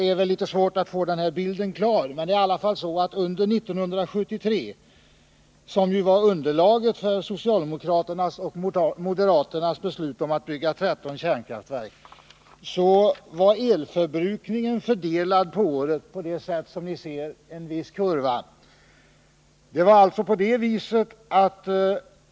Under 1973 — som ju var det år som låg som underlag för socialdemokraternas och moderaternas beslut att bygga 13 kärnkraftverk — var elförbrukningen fördelad över året på det sätt som framgår av bilden som nu visas på bildskärmen.